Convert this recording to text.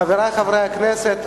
חברי חברי הכנסת,